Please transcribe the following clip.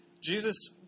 Jesus